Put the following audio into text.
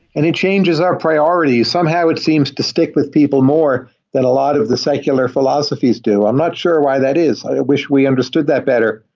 and it changes our priorities. somehow, it seems to stick with people more that a lot of the secular philosophies do. i'm not sure why that is. i wish we understood that better.